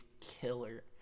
killer